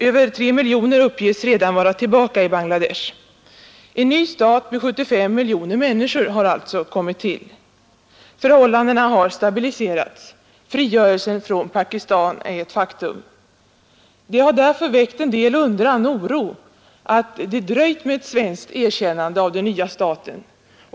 Över 3 miljoner uppges redan vara tillbaka i Bangladesh. En ny stat med 75 miljoner människor har alltså kommit till. Förhållandena har stabiliserats. Frigörelsen från Pakistan är ett faktum. Det har därför väckt en del undran och oro att det dröjt med ett svenskt erkännande av den nya staten.